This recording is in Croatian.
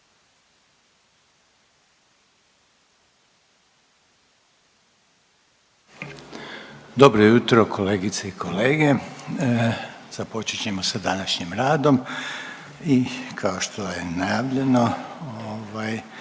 Dobro jutro kolegice i kolege! Započet ćemo sa današnjim radom i kao što je najavljeno